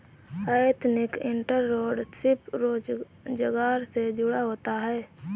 ethnic entrepreneurship स्वरोजगार से जुड़ा होता है